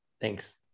thanks